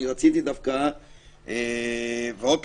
עוד פעם,